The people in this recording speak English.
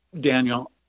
Daniel